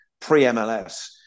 pre-MLS